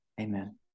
Amen